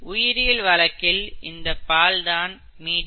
உயிரியல் வழக்கில் இந்தப் பால் தான் மீடியம்